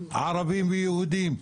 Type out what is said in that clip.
ערבים ויהודים.